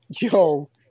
Yo